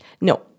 No